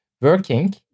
working